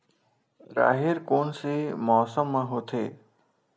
राहेर कोन से मौसम म होथे?